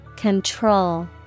Control